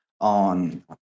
on